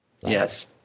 Yes